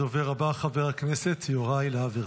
הדובר הבא, חבר הכנסת יוראי להב הרצנו.